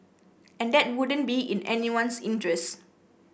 and that wouldn't be in anyone's interest